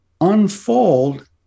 unfold